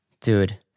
dude